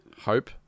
hope